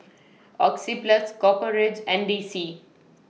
Oxyplus Copper Ridge and D C